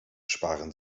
sparen